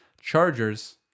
Chargers